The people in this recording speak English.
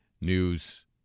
News